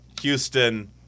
Houston